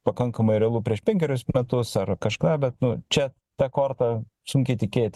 pakankamai realu prieš penkerius metus ar kažkada bet nu čia ta korta sunkiai tikėti